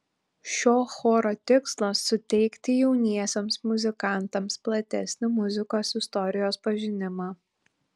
šio choro tikslas suteikti jauniesiems muzikantams platesnį muzikos istorijos pažinimą